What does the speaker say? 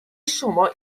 شما